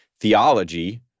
theology